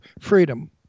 freedom